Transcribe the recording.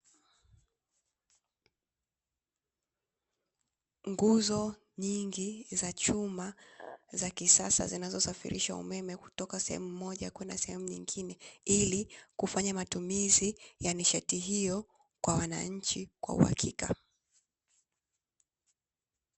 Nguzo nyingi za chuma za kisasa, zinazosafirisha umeme kutoka sehemu moja kwenda sehemu nyingine ili, kufanya matumizi ya nishati hiyo kwa wananchi kwa uhakika.